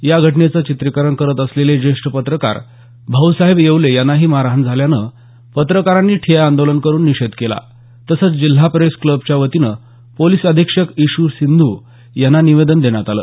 या घटनेचं चित्रीकरण करत असलेले ज्येष्ठ पत्रकार भाऊसाहेब येवले यांनाही मारहाण झाल्यानं पत्रकारांनी ठिय्या आंदोलन करून निषेध केला तसंच जिल्हा प्रेस क्लबच्या वतीने पोलीस अधीक्षक इशू सिंधू यांना निवेदन देण्यात आलं